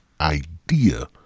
idea